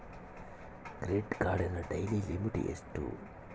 Credit ಕಾರ್ಡಿನ daily limit ಎಷ್ಟು?